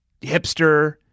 hipster